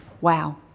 Wow